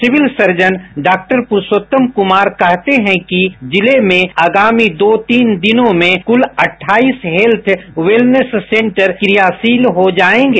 civil surgeon doctor Purushottam Kumar कहते हैं कि जिले में आगामी दो तीन दिनों में कुल अठाईस हेत्थ एण्ड वेलनेंस सेंटर क्रियाशील हो जायेंगे